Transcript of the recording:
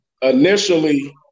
initially